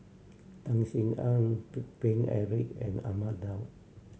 Tan Sin Aun Paine Eric and Ahmad Daud